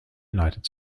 united